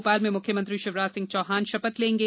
भोपाल में मुख्यमंत्री शिवराज सिंह चौहान शपथ लेंगे